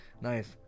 Nice